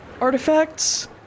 artifacts